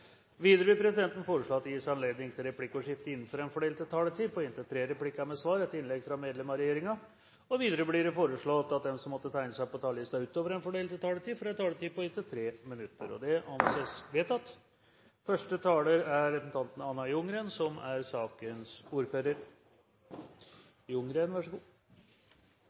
Videre vil presidenten foreslå at det gis anledning til replikkordskifte på inntil tre replikker med svar etter innlegg fra medlem av regjeringen innenfor den fordelte taletid. Videre blir det foreslått at de som måtte tegne seg på talerlisten utover den fordelte taletid, får en taletid på inntil 3 minutter. – Det anses vedtatt. I dag debatterer vi den aller første